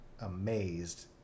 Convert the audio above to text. amazed